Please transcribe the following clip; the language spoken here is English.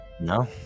No